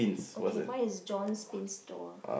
okay mine is John's store store